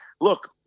look